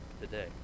today